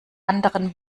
anderen